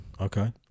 Okay